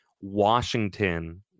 Washington